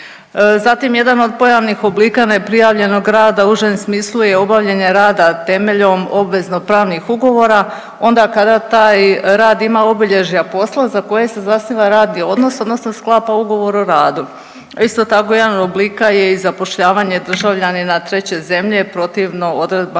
Zatim, jedan od pojavnih oblika neprijavljenog rada u užem smislu je obavljanje rada temeljom obveznopravnih ugovora onda kada taj rad ima obilježja posla za koje se zasniva radni odnos odnosno sklapa ugovor o radu. Isto tako, jedan od oblika je i zapošljavanje državljanina treće zemlje protivno odredbama